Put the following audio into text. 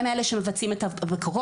הם אלה שמבצעים את הביקורות,